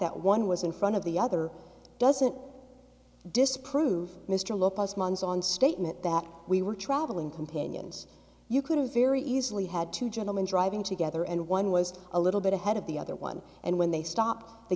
that one was in front of the other doesn't disprove mr low post months on statement that we were traveling companions you could have very easily had two gentlemen driving together and one was a little bit ahead of the other one and when they stopped the